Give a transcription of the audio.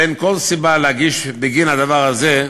ואין כל סיבה להגיש בגין הדבר הזה,